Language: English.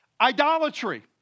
Idolatry